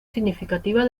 significativa